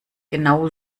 genau